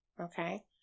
okay